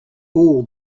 all